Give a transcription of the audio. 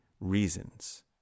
reasons